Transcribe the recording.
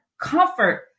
comfort